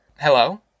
Hello